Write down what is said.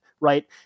Right